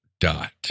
dot